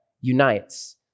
unites